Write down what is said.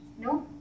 No